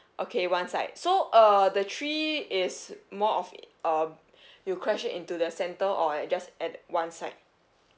okay one side so uh the tree is more of uh you crash it into the centre or at just at one side